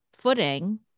footing